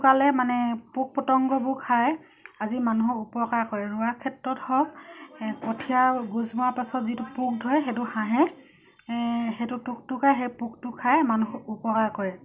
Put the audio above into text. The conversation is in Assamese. টোক টোকালে মানে পোক পতংগবোৰ খাই আজি মানুহক উপকাৰ কৰে ৰোৱাৰ ক্ষেত্ৰত হওক কঠীয়া গুজ মৰাৰ পাছত যিটো পোক ধৰে সেইটো হাঁহে সেইটো টোক টোকে সেই পোকটো খাই মানুহক উপকাৰ কৰে